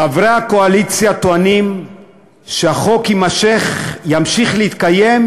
חברי הקואליציה טוענים שהחוק ימשיך להתקיים,